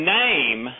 name